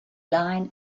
line